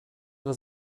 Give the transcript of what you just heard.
ihre